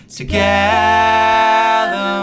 together